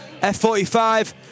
F45